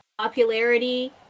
popularity